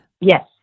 Yes